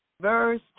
Verse